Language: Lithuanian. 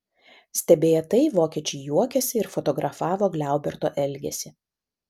stebėję tai vokiečiai juokėsi ir fotografavo gliauberto elgesį